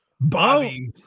bobby